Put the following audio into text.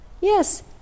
Yes